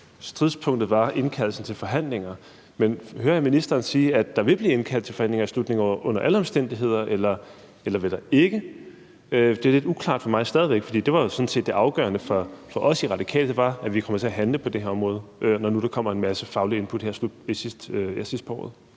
stridspunktet var indkaldelse til forhandlinger, men hører jeg ministeren sige, at der under alle omstændigheder vil blive indkaldt til forhandlinger i slutningen af året, eller vil der ikke? Det er stadig væk lidt uklart for mig, for det var sådan set det afgørende for os i Radikale Venstre, altså at vi kommer til at handle på det her område, når nu der kommer en masse fagligt input her sidst på